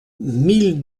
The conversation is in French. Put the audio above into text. mille